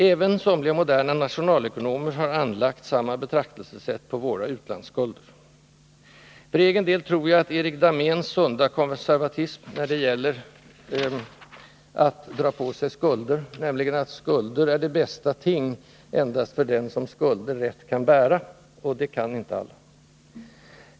Även somliga moderna nationalekonomer har anlagt samma betraktelsesätt på våra utlandsskulder. För egen del tror jag på Erik Dahméns sunda konservatism när det gäller att dra på sig skulder, nämligen att skulder är det bästa ting endast för dem som skulder rätt kan bära — och det kan inte alla.